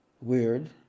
weird